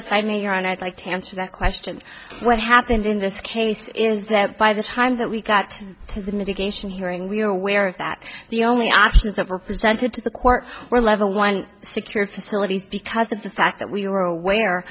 mean you're on i'd like to answer that question what happened in this case is that by the time that we got to the mitigation hearing we were aware that the only options that were presented to the court were level one secured facilities because of the fact that we were aware